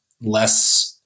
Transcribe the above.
less